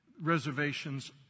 reservations